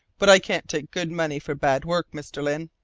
but i can't take good money for bad work, mr. lyne,